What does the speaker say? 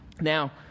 Now